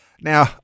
Now